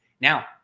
Now